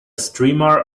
streamer